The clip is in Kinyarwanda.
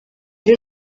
y’u